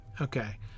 okay